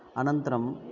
अनन्तरम्